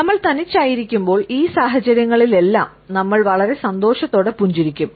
നമ്മൾ തനിച്ചായിരിക്കുമ്പോൾ ഈ സാഹചര്യങ്ങളിലെല്ലാം നമ്മൾ വളരെ സന്തോഷത്തോടെ പുഞ്ചിരിക്കും